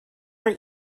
were